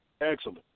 Excellent